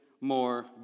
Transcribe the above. more